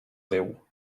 déu